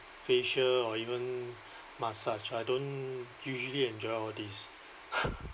facial or even massage I don't usually enjoy all these